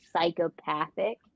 psychopathic